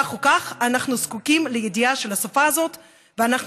כך או כך אנחנו זקוקים לידיעה של השפה הזאת ואנחנו